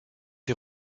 des